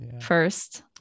first